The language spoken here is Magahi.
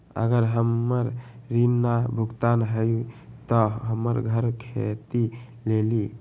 अगर हमर ऋण न भुगतान हुई त हमर घर खेती लेली?